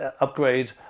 upgrade